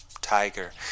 Tiger